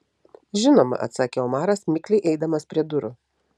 žinoma atsakė omaras mikliai eidamas prie durų